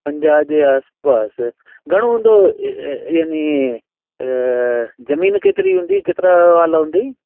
पंजाहु जे आसपासि घणो हुंदो याने जमीन केतिरी हूंदी केतिरा वाल हूंदी